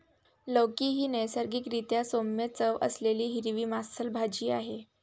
लौकी ही नैसर्गिक रीत्या सौम्य चव असलेली हिरवी मांसल भाजी आहे